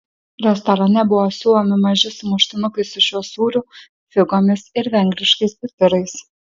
restorane buvo siūlomi maži sumuštinukai su šiuo sūriu figomis ir vengriškais pipirais